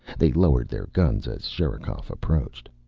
they lowered their guns as sherikov approached.